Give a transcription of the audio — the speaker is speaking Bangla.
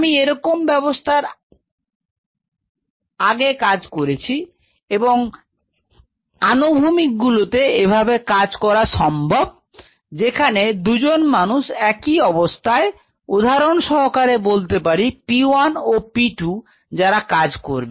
আমি এরকম ব্যবস্থায় আগে কাজ করেছি এবং আনুভূমিক গুলোতে এভাবে কাজ করা সম্ভব যেখানে দুজন মানুষ এই অবস্থায় উদাহরণ সহকারে বলতে পারি p 1ও p 2 যারা কাজ করবে